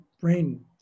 brain